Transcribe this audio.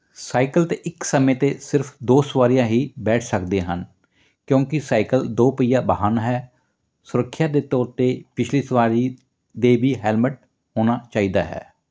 cycle 'ਤੇ ਇੱਕ ਸਮੇਂ 'ਤੇ ਸਿਰਫ ਦੋ ਸਵਾਰੀਆਂ ਹੀ ਬੈਠ ਸਕਦੇ ਹਨ ਕਿਉਂਕਿ ਸਾਈਕਲ ਦੋ ਪਹੀਆ ਵਾਹਨ ਹੈ ਸੁਰੱਖਿਆ ਦੇ ਤੌਰ 'ਤੇ ਪਿਛਲੀ ਸਵਾਰੀ ਦੇ ਵੀ ਹੈਲਮਟ ਹੋਣਾ ਚਾਹੀਦਾ ਹੈ